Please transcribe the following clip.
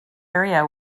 area